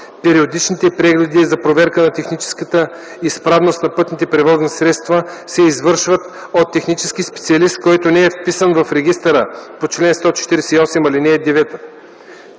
периодичните прегледи за проверка на техническата изправност на пътните превозни средства се извършват от технически специалист, който не е вписан в регистъра по чл. 148, ал. 9;